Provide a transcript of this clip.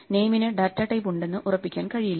നെയിമിന് data type ഉണ്ടെന്നു ഉറപ്പിക്കാൻ കഴിയില്ല